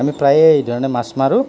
আমি প্ৰায়ে এই ধৰণে মাছ মাৰোঁ